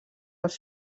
als